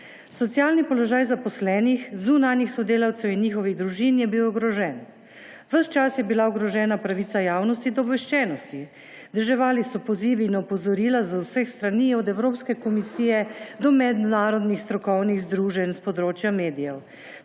Socialni položaj zaposlenih, zunanjih sodelavcev in njihovih družin je bil ogrožen. Ves čas je bila ogrožena pravica javnosti do obveščenosti. Deževali so pozivi in opozorila z vseh strani, od Evropske komisije do mednarodnih strokovnih združenj s področja medijev.